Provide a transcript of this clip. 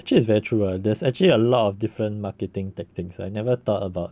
actually it's very true there's actually a lot of different marketing tactics I never thought about